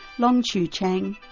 lung-chih chang,